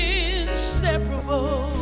inseparable